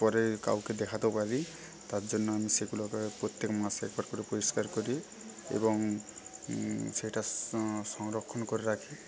পরে কাউকে দেখাতেও পারি তার জন্য আমি সেগুলোকে প্রত্যেক মাসে একবার করে পরিষ্কার করি এবং সেটা সংরক্ষণ করে রাখি